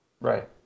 Right